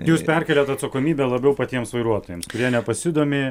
jūs perkeliat atsakomybę labiau patiems vairuotojams kurie nepasidomi